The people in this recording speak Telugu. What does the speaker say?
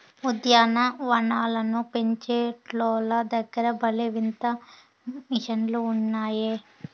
ఉద్యాన వనాలను పెంచేటోల్ల దగ్గర భలే వింత మిషన్లు ఉన్నాయే